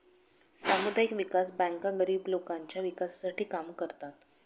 सामुदायिक विकास बँका गरीब लोकांच्या विकासासाठी काम करतात